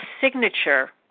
signature